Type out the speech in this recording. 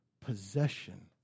possession